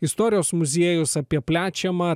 istorijos muziejus apie plečiamą